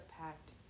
pact